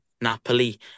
Napoli